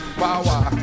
power